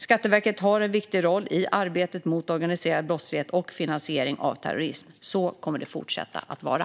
Skatteverket har en viktig roll i arbetet mot organiserad brottslighet och finansiering av terrorism. Så kommer det att fortsätta vara.